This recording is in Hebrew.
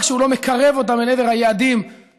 לא רק שהוא לא מקרב אותם אל עבר היעדים שהם